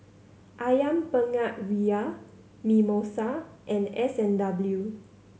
Ayam Penyet Ria Mimosa and S and W